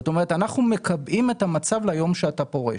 זאת אומרת, אנחנו מקבעים את המצב ליום שאתה פורש.